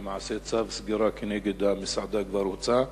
למעשה צו סגירה כנגד המסעדה כבר הוצא.